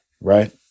Right